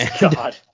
God